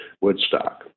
Woodstock